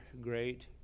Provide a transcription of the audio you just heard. great